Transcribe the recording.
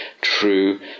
true